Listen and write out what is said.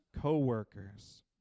co-workers